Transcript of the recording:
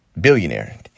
billionaire